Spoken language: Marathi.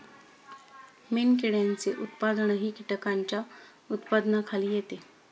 मेणकिड्यांचे उत्पादनही कीटकांच्या उत्पादनाखाली येते